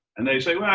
and they say,